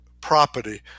property